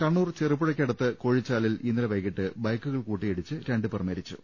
കണ്ണൂർ ചെറുപുഴയ്ക്കടുത്ത് കോഴിച്ചാലിൽ ഇന്നലെ വൈകിട്ട് ബൈക്കുകൾ കൂട്ടിയിടിച്ച് രണ്ടുപേർ മരിച്ചു